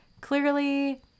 clearly